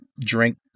drink